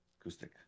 acoustic